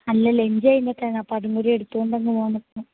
അല്ലല്ല ലഞ്ച് കഴിഞ്ഞിട്ടാണ് അപ്പോള് അത്